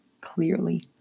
clearly